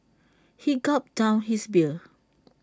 he gulped down his beer